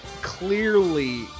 clearly